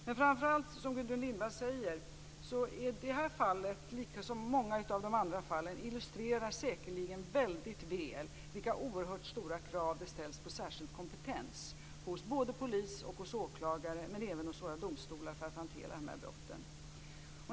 Men framför allt, precis som Gudrun Lindvall säger, illustrerar det här fallet, liksom många av de andra fallen, väldigt väl vilka oerhört stora krav det ställs på särskild kompetens hos åklagare och polis, och även hos våra domstolar, för att hantera dessa brott.